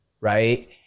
Right